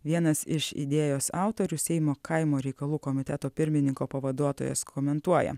vienas iš idėjos autorių seimo kaimo reikalų komiteto pirmininko pavaduotojas komentuoja